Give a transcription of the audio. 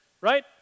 right